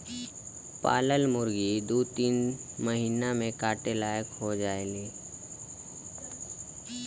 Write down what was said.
पालल मुरगी दू तीन महिना में काटे लायक हो जायेली